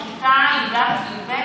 בכיתה י"א-י"ב,